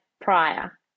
prior